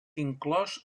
inclòs